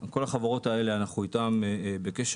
כל החברות האלה, אנחנו איתן בקשר.